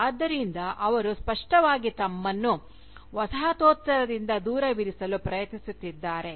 ಆದ್ದರಿಂದ ಅವರು ಸ್ಪಷ್ಟವಾಗಿ ತಮ್ಮನ್ನು ವಸಾಹತೋತ್ತರದಿಂದ ದೂರವಿರಿಸಲು ಪ್ರಯತ್ನಿಸುತ್ತಿದ್ದಾರೆ